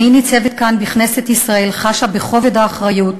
אני ניצבת כאן בכנסת ישראל וחשה בכובד האחריות,